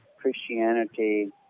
Christianity